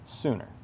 sooner